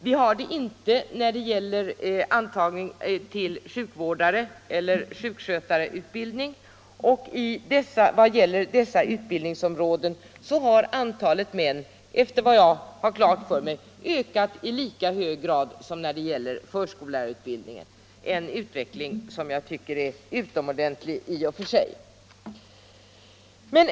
Vi har det inte när det gäller antagning till sjukvårdareller sjukskötarutbildning, och vad gäller dessa utbildningsområden har antalet män — det har jag klart för mig — ökat i lika hög grad som när det gäller förskollärarutbildningen, en utveckling som i och för sig är utomordentligt glädjande.